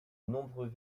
nombreux